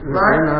right